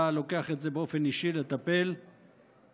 לוקח את זה באופן אישי לטפל בקליטה,